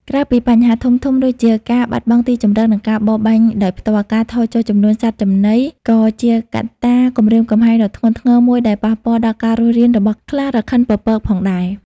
ក្រៅពីបញ្ហាធំៗដូចជាការបាត់បង់ទីជម្រក និងការបរបាញ់ដោយផ្ទាល់ ការថយចុះចំនួនសត្វចំណី ក៏ជាកត្តាគំរាមកំហែងដ៏ធ្ងន់ធ្ងរមួយដែលប៉ះពាល់ដល់ការរស់រានរបស់ខ្លារខិនពពក ផងដែរ។